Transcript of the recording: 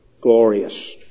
glorious